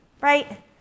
right